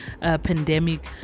pandemic